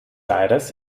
aires